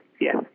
Yes